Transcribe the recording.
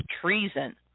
treason